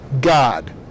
God